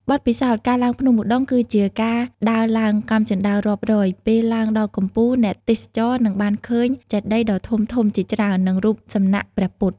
បទពិសោធន៍ ការឡើងភ្នំឧដុង្គគឺជាការដើរឡើងកាំជណ្តើររាប់រយ ពេលឡើងដល់កំពូល អ្នកទេសចរនឹងបានឃើញចេតិយដ៏ធំៗជាច្រើន និងរូបសំណាកព្រះពុទ្ធ។